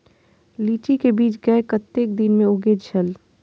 लीची के बीज कै कतेक दिन में उगे छल?